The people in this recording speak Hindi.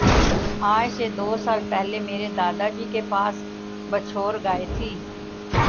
आज से दो साल पहले मेरे दादाजी के पास बछौर गाय थी